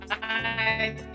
Bye